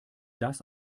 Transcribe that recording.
das